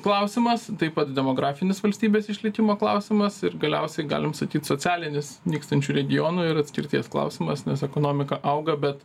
klausimas taip pat demografinis valstybės išlikimo klausimas ir galiausiai galim sakyt socialinis nykstančių regionų ir atskirties klausimas nes ekonomika auga bet